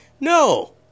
No